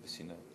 בסיני?